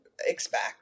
expect